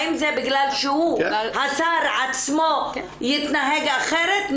האם זה בגלל שהוא השר עצמו יתנהג אחרת?